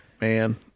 man